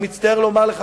אני מצטער לומר לך,